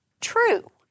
true